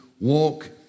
walk